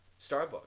Starbucks